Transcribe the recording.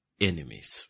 enemies